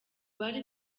bari